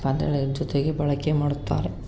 ಜೊತೆಗೆ ಬಳಕೆ ಮಾಡುತ್ತಾರೆ